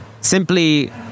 Simply